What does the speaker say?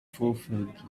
fulfilled